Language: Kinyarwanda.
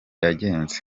yagenze